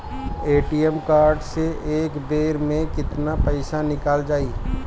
ATM card से एक बेर मे केतना पईसा निकल जाई?